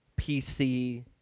PC